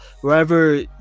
wherever